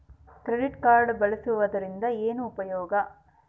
Credit card ಬಳಸುವದರಿಂದ ಏನು ಉಪಯೋಗ?